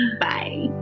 Bye